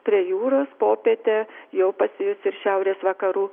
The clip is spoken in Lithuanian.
prie jūros popietę jau pasijus ir šiaurės vakarų